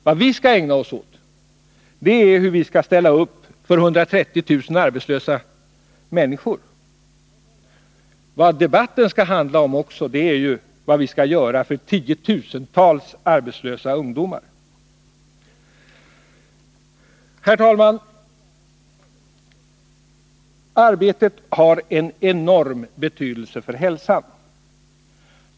Vad vi skall ägna oss åt är att diskutera hur vi skall ställa upp för 130 000 arbetslösa människor. Vad debatten också skall handla om är vad vi skall göra för tiotusentals arbetslösa ungdomar. Herr talman! Arbetet har en enorm betydelse för hälsan.